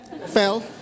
Fell